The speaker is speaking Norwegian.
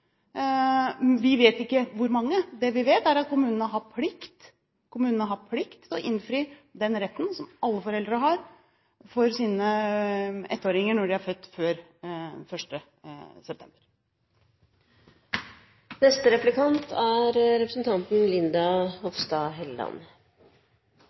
Vi vet ikke helt hvor mange. Det vi vet, er at kommunene har plikt – kommunene har plikt – til å innfri den retten som alle foreldre har for sine ettåringer når de er født før